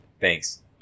Thanks